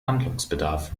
handlungsbedarf